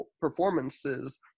performances